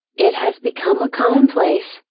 it has become a commonplace,